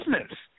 business